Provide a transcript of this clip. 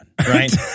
Right